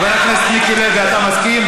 הכנסת מיקי לוי, אתה מסכים?